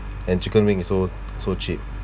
and chicken wing is so so cheap